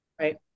right